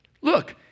Look